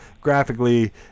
Graphically